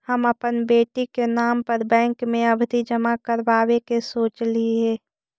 हम अपन बेटी के नाम पर बैंक में आवधि जमा करावावे के सोचली हे